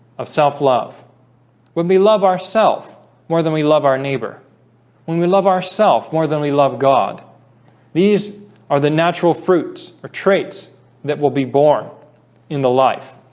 of self-love when we love ourself more than we love our neighbor when we love ourself more than we love god these are the natural fruits or traits that will be born in the life